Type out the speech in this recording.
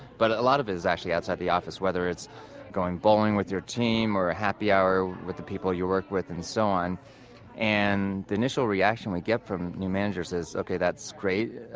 but a lot of that is actually outside the office, whether it's going bowling with your team or happy hour with the people you work with and so on and the initial reaction we get from new managers is ok, that's great,